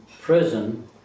prison